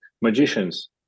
magicians